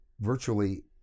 virtually